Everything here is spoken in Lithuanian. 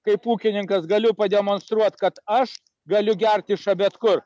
kaip ūkininkas galiu pademonstruot kad aš galiu gert iš bet kur